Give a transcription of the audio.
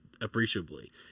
appreciably